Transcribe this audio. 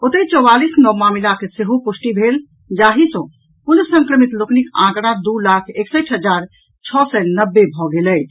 ओतहि चौवालीस नव मामिलाक सेहो पुष्टि भेल जाहि सॅ कुल संक्रमित लोकनिक आंकड़ा दू लाख एकसठि हजार छओ सय नब्बे भऽ गेल अछि